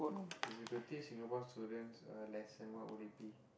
if you could teach Singapore students a lesson what would it be